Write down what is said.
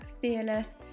fearless